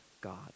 God